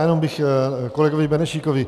Jenom bych kolegovi Benešíkovi.